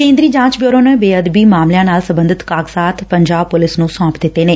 ਕੇ ਂਦਰੀ ਜਾਂਚ ਬਿਊਰੋ ਨੇ ਬੇਅਦਬੀ ਮਾਮਲਿਆਂ ਨਾਲ ਸਬੰਧਤ ਕਾਗਜ਼ਾਤ ਪੰਜਾਬ ਪੁਲਿਸ ਨੂੰ ਸੌਂਪ ਦਿੱਤੇ ਨੇ